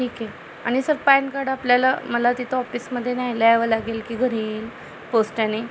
ठीक आहे आणि सर पॅन कार्ड आपल्याला मला तिथं ऑफीसमध्ये न्यायला यावं लागेल की घरी येईल पोस्टाने